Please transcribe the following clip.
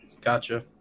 Gotcha